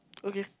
okay